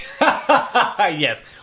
Yes